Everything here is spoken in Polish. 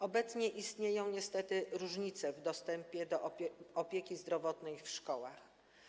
Obecnie istnieją niestety różnice w dostępie do opieki zdrowotnej w szkołach.